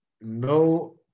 no